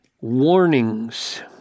Warnings